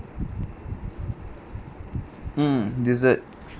um dessert